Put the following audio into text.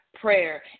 prayer